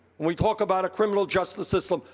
when we talk about a criminal justice system.